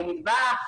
מטבח,